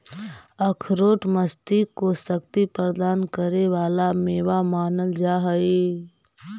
अखरोट मस्तिष्क को शक्ति प्रदान करे वाला मेवा मानल जा हई